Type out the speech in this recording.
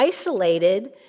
isolated